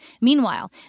Meanwhile